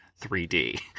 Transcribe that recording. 3D